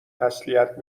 تسلیت